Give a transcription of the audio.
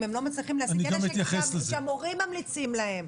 אם הם לא מצליחים להשיג כאלה שהמורים ממליצים להם,